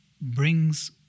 brings